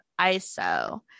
iso